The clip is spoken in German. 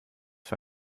für